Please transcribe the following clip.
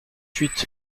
huit